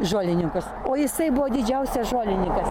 žolininkus o jisai buvo didžiausias žolininkas